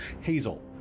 Hazel